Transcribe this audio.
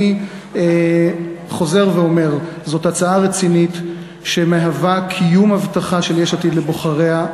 אני חוזר ואומר: זאת הצעה רצינית שמהווה קיום הבטחה של יש עתיד לבוחריה.